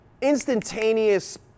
instantaneous